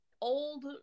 old